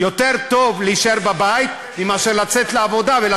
יותר טוב להישאר בבית מאשר לצאת לעבודה וגם